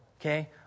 okay